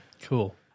Cool